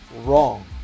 wrong